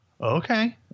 Okay